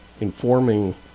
informing